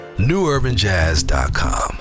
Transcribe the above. newurbanjazz.com